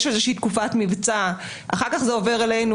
יש תקופת מבצע, אחר כך זה עובר אלינו.